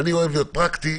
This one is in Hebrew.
אני אוהב להיות פרקטי,